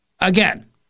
again